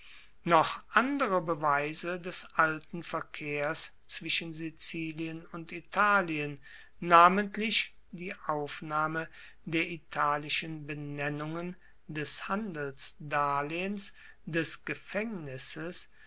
noch andere beweise des alten verkehrs zwischen sizilien und italien namentlich die aufnahme der italischen benennungen des handelsdarlehens des gefaengnisses